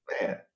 Man